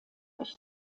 gerichtet